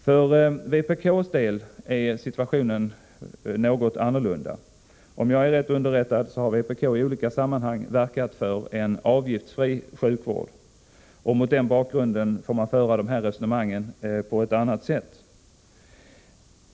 För vpk:s del är situationen något annorlunda. Om jag är rätt underrättad har vpk i olika sammanhang verkat för en avgiftsfri sjukvård. Mot den bakgrunden får man föra dessa resonemang på ett annat sätt.